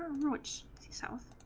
which sells